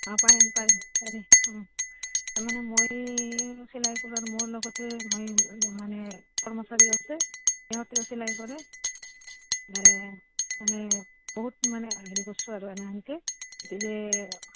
অঁ পাৰিম পাৰিম পাৰি তাৰমানে মই চিলাই কৰোঁ মোৰ লগতে মই মানে কৰ্মচাৰী আছে সিহঁতেও চিলাই কৰে মানে বহুত মানে হেৰি কৰছোঁ আৰু এনে এনকে গতিকে